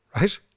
Right